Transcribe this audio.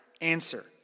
answer